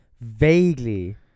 Vaguely